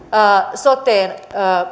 soteen